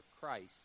Christ